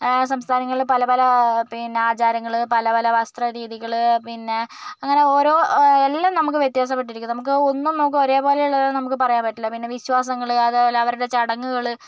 സംസ്ഥാനങ്ങളില് പല പല ആചാരങ്ങള് പല പല വസ്ത്ര രീതികള് പിന്നെ അങ്ങനെ ഓരോ എല്ലാം നമുക്ക് വ്യത്യാസപ്പെട്ടിരിക്കും നമുക്ക് ഒന്നും നമുക്ക് ഒരേപോലെയുള്ളതാണെന്ന് നമുക്ക് പറയാൻ പറ്റില്ല പിന്ന വിശ്വാസങ്ങള് അതേപോലെ അവരുടെ ചടങ്ങുകള്